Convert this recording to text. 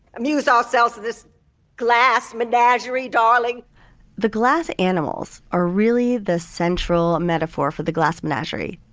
um yeah was all sales of this glass menagerie, darling the glass animals are really the central metaphor for the glass menagerie.